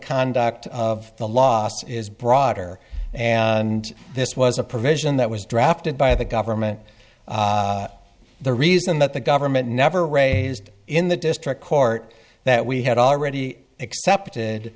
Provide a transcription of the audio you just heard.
conduct of the law is broader and this was a provision that was drafted by the government the reason that the government never raised in the district court that we had already accepted